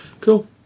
Cool